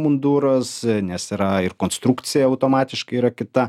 munduras nes yra ir konstrukcija automatiškai yra kita